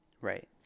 Right